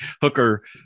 hooker